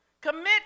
Commit